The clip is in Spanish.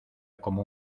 como